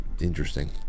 Interesting